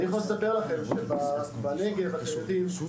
אני יכול לספר לכם שבנגב אתם יודעים,